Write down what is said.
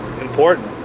important